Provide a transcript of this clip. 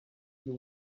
you